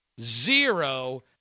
zero